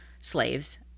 slaves